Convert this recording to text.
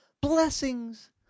blessings